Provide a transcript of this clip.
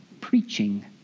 preaching